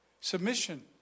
submission